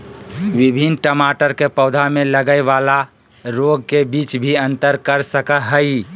विभिन्न टमाटर के पौधा में लगय वाला रोग के बीच भी अंतर कर सकय हइ